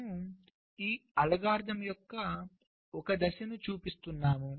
మనము ఈ అల్గోరిథం యొక్క ఒక దశను చూపిస్తున్నా ము